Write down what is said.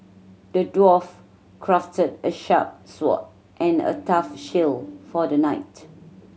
the dwarf crafted a sharp sword and a tough shield for the knight